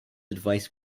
advice